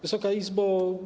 Wysoka Izbo!